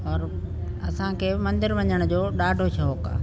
और असांखे मंदिर वञण जो ॾाढो शौंक़ु आहे